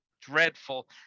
dreadful